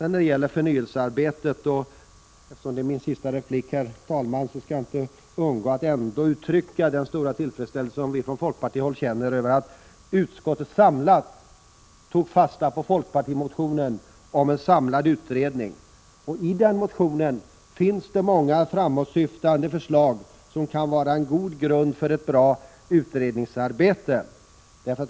När det gäller förnyelsearbetet kan jag inte undgå att uttrycka den djupa tillfredsställelse som vi i folkpartiet känner över att utskottet tog fasta på folkpartimotionen om en samlad utredning. I den motionen finns det många framåtsyftande förslag, som kan vara en god grund för ett bra utredningsarbete.